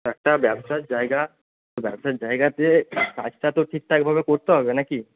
একটা ব্যবসার জায়গা তো ব্যবসার জায়গাতে কাজটা তো ঠিকঠাকভাবে করতে হবে না কি